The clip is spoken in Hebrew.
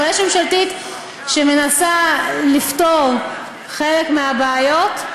אבל יש ממשלתית שמנסה לפתור חלק מהבעיות.